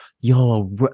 yo